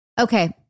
Okay